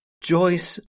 Joyce